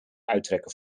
uittrekken